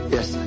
Yes